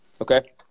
Okay